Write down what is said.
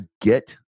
get